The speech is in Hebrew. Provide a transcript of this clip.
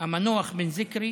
בן זיקרי